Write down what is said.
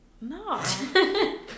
No